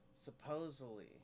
supposedly